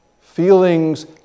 Feelings